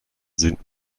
sind